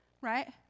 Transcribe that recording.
right